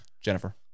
Jennifer